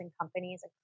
companies